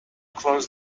close